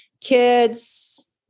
kids